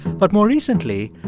but more recently,